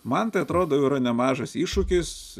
man tai atrodo yra nemažas iššūkis